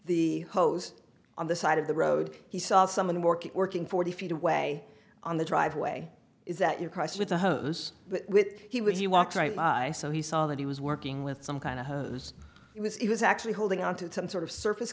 the hose on the side of the road he saw someone working working forty feet away on the driveway is that you cross with the hose he would you walk right so he saw that he was working with some kind of hose it was it was actually holding on to some sort of surface